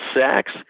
sex